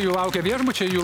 jų laukia viešbučiai jų